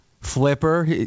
Flipper